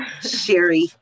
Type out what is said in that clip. Sherry